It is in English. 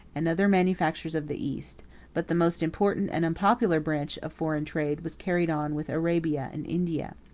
and other manufactures of the east but the most important and unpopular branch of foreign trade was carried on with arabia and india.